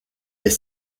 est